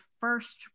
first